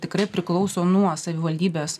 tikrai priklauso nuo savivaldybės